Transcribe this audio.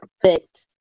Perfect